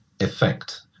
effect